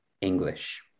English